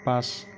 পাঁচ